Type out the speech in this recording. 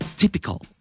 typical